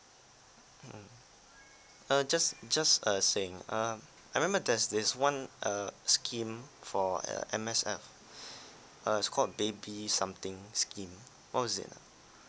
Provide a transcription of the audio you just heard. mm uh just just a saying err I remember there's this one err scheme for a M_S_F uh is called baby something scheme what was that ah